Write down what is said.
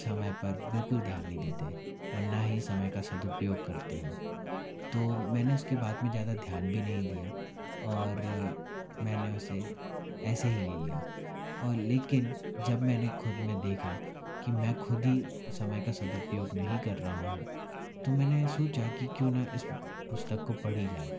समय पर बिल्कुल ध्यान नहीं देते और न ही समय का सदुपयोग करते हो तो मैंने उसकी बात में ज़्यादा ध्यान भी नहीं दिया और मैंने उसे ऐसे ही ले लिया लेकिन जब मैंने ख़ुद में देखा कि मैं ख़ुद ही समय का सदुपयोग नहीं कर रहा हूँ तो मैंने सोचा कि क्यों न इस पुस्तक को पढ़ी जाए